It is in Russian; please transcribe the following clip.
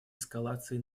эскалации